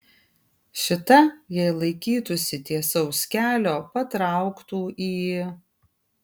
šita jei laikytųsi tiesaus kelio patrauktų į